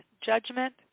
judgment